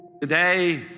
Today